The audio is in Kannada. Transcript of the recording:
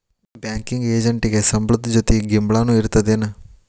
ಬ್ಯಾಂಕಿಂಗ್ ಎಜೆಂಟಿಗೆ ಸಂಬ್ಳದ್ ಜೊತಿ ಗಿಂಬ್ಳಾನು ಇರ್ತದೇನ್?